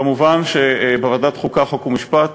כמובן, בוועדת החוקה, חוק ומשפט